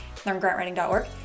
learngrantwriting.org